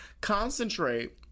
concentrate